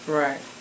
right